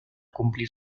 cumplir